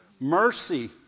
Mercy